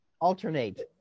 alternate